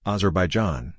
Azerbaijan